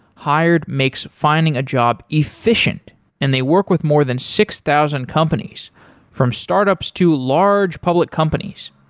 hired makes finding a job efficient and they work with more than six thousand companies from startups to large public companies.